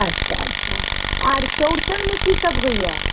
अच्छा अच्छा आर चौरचनमे की सब होइया